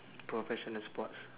professional sports